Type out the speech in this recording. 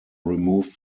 removed